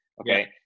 Okay